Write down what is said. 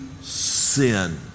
sin